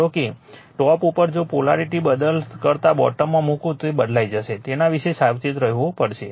ધારો કે ટોપ ઉપર જો હું પોલારિટી કરતાં બોટમમાં મુકું તો તે બદલાઈ જશે તેના વિશે સાવચેત રહેવું પડશે